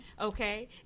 Okay